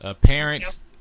Parents